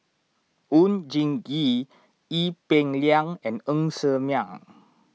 Oon Jin Gee Ee Peng Liang and Ng Ser Miang